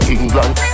England